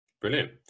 brilliant